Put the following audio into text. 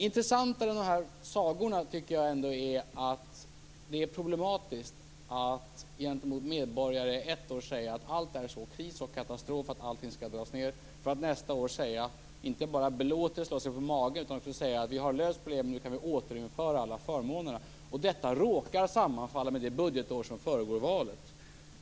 Intressantare än dessa sagor tycker jag ändå är att det är problematiskt att ena året gentemot medborgarna säga att allting är kris och katastrof och att det skall dras ned på allting för att året därefter inte bara belåtet slå sig på magen utan också säga att problemen är lösta och att man nu kan återinföra alla förmåner som tagits bort. Detta råkar sammanfalla med det budgetår som föregår valet.